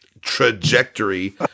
trajectory